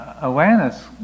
awareness